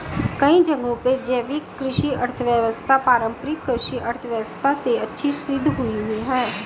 कई जगहों में जैविक कृषि अर्थव्यवस्था पारम्परिक कृषि अर्थव्यवस्था से अच्छी सिद्ध हुई है